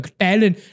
talent